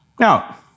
Now